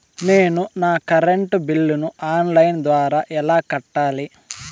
నేను నా కరెంటు బిల్లును ఆన్ లైను ద్వారా ఎలా కట్టాలి?